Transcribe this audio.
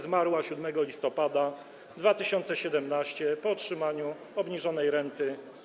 Zmarła 7 listopada 2017 r. po otrzymaniu obniżonej renty.